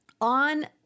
on